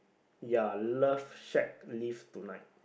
ya love shake leave tonight